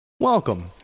Welcome